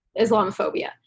Islamophobia